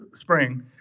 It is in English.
spring